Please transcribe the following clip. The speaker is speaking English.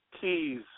Keys